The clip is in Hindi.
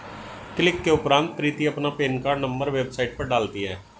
क्लिक के उपरांत प्रीति अपना पेन कार्ड नंबर वेबसाइट पर डालती है